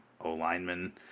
O-lineman